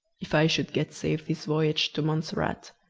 if i should get safe this voyage to montserrat.